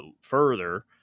further